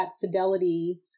Fidelity